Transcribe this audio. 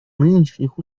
нынешних